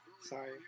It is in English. Sorry